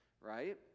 right